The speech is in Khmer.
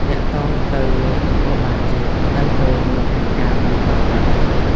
ទាក់ទងទៅលេខនគរបាលជាតិ នៅពេលមានហេតុការណ៍មិនប្រក្រតី។